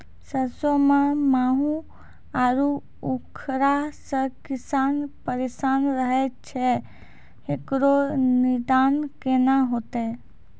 सरसों मे माहू आरु उखरा से किसान परेशान रहैय छैय, इकरो निदान केना होते?